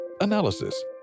analysis